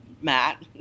Matt